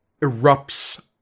erupts